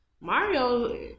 Mario